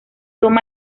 toma